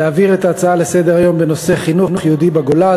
להעביר את ההצעה לסדר-היום בנושא: חינוך יהודי בגולה,